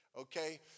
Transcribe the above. Okay